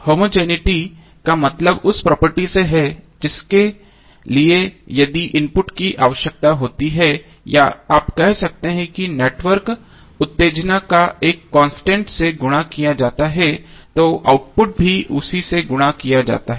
homogeneity का मतलब उस प्रॉपर्टी से है जिसके लिए यदि इनपुट की आवश्यकता होती है या आप कह सकते हैं कि नेटवर्क उत्तेजना का एक कांस्टेंट से गुणा किया जाता है तो आउटपुट भी उसी से गुणा किया जाता है